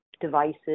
devices